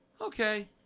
okay